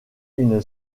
une